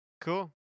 Cool